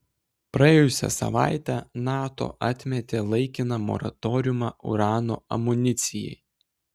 praėjusią savaitę nato atmetė laikiną moratoriumą urano amunicijai